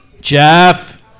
Jeff